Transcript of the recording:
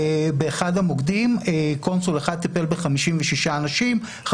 באחד המוקדים קונסול אחד טיפל ב-56 אנשים,